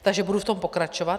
Takže budu v tom pokračovat.